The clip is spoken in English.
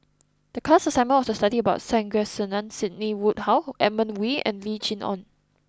the class assignment was to study about Sandrasegaran Sidney Woodhull Edmund Wee and Lim Chee Onn